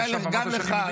עד עכשיו אמרת שאני מבין.